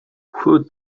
who